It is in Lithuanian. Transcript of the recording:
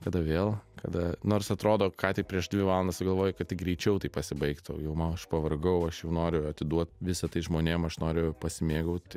kada vėl kada nors atrodo ką tik prieš dvi valandas tu galvojai kad tik greičiau tai pasibaigtų jau aš pavargau aš jau noriu atiduot visa tai žmonėm aš noriu pasimėgaut